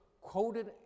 quoted